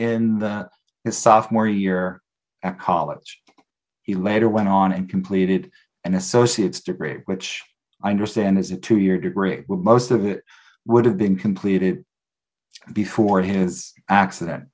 in his sophomore year at college he later went on and completed an associate's degree which i understand is a two year degree but most of it would have been completed before his accident